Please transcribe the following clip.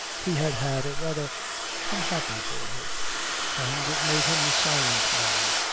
he had had a rather unhappy boyhood and it made him a silent man.